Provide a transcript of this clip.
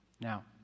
Now